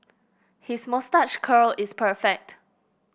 his moustache curl is perfect